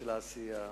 של העשייה,